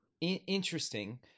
Interesting